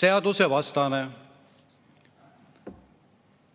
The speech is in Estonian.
seadusevastane.